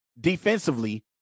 defensively